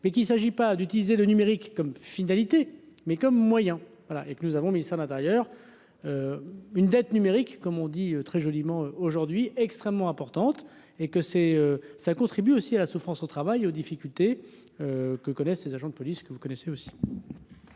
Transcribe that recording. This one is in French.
mais qu'il s'agit pas d'utiliser le numérique comme finalité mais comme moyen voilà et que nous avons mis à intérieur une dette numérique comme on dit très joliment aujourd'hui extrêmement importante et que c'est ça contribue aussi à la souffrance au travail, aux difficultés que connaissent les agents de police que vous connaissez aussi.